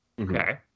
Okay